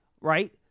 Right